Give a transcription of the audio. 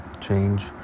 Change